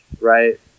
right